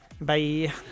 bye